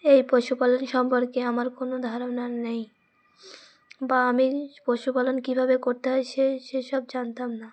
এই পশুপালন সম্পর্কে আমার কোনো ধারণা নেই বা আমি পশুপালন কীভাবে করতে হয় সে সে সব জানতাম না